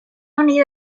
need